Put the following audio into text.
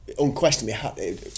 Unquestionably